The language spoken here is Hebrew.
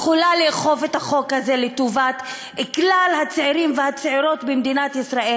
יכולה לאכוף את החוק הזה לטובת כלל הצעירים והצעירות במדינת ישראל,